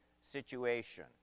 situation